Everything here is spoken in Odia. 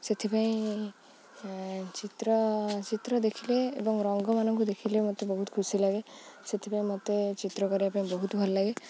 ସେଥିପାଇଁ ଚିତ୍ର ଚିତ୍ର ଦେଖିଲେ ଏବଂ ରଙ୍ଗମାନଙ୍କୁ ଦେଖିଲେ ମୋତେ ବହୁତ ଖୁସି ଲାଗେ ସେଥିପାଇଁ ମୋତେ ଚିତ୍ର କରିବା ପାଇଁ ବହୁତ ଭଲ ଲାଗେ